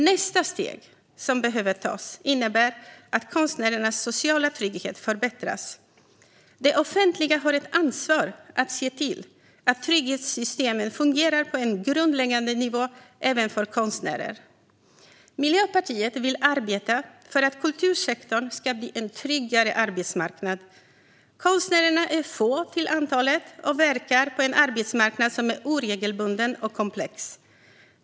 Nästa steg som behöver tas innebär att konstnärernas sociala trygghet förbättras. Det offentliga har ett ansvar att se till att trygghetssystemen fungerar på en grundläggande nivå även för konstnärer. Miljöpartiet vill arbeta för att kultursektorn ska bli en tryggare arbetsmarknad. Konstnärerna är få till antalet och verkar på en arbetsmarknad som är oregelbunden och komplex.